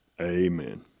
amen